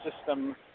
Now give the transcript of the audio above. system